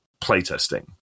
playtesting